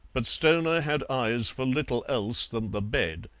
but stoner had eyes for little else than the bed,